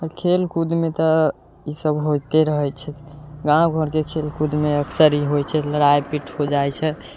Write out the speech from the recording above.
खेल कूद मे तऽ इसब होइते रहै छै गाँव घर के खेल कूद मे अक्सर ई होइ छै लड़ाई पीट हो जाइ छै